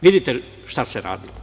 Vidite šta se radi.